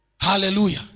Hallelujah